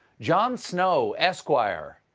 jon snow, esquire.